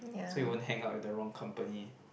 so you won't hang out with the wrong company